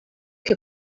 que